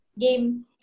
Game